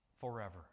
forever